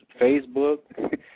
Facebook